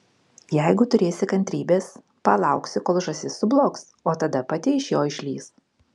jeigu turėsi kantrybės palauksi kol žąsis sublogs o tada pati iš jo išlįs